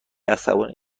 عصبانی